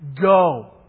Go